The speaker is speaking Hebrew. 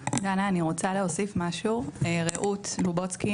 רעות בובוצקי,